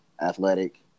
athletic